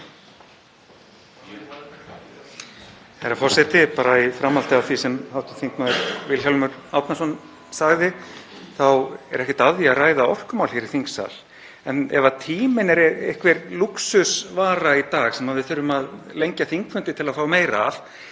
Herra forseti. Bara í framhaldi af því sem hv. þm. Vilhjálmur Árnason sagði þá er ekkert að því að ræða orkumál hér í þingsal. En ef tíminn er einhver lúxusvara í dag sem við þurfum að lengja þingfundi til að fá meira af